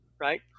right